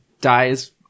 dies